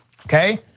okay